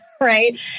right